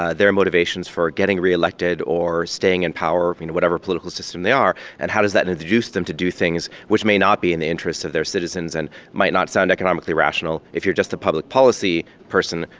ah their motivations for getting re-elected or staying in power of, you know, whatever political system they are? and how does that then induce them to do things which may not be in the interests of their citizens and might not sound economically rational if you're just a public policy person,